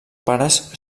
pares